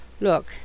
Look